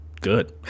good